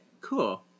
cool